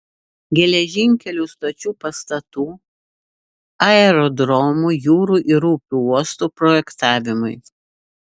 geležinkelių stočių pastatų aerodromų jūrų ir upių uostų projektavimui